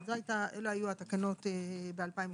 אלו היו התקנות ב-2018: